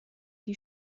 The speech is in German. die